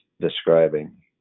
describing